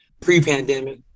pre-pandemic